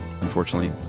Unfortunately